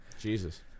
Jesus